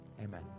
Amen